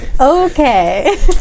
Okay